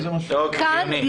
------ כן.